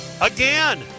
again